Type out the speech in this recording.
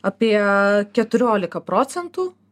apie keturiolika procentų